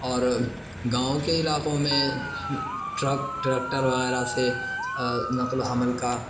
اور گاؤں کے علاقوں میں ٹرک ٹریکٹر وغیرہ سے نقل و حمل کا